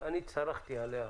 אני צרחתי עליה,